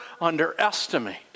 underestimate